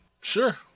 Sure